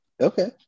Okay